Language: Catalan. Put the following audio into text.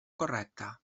correcta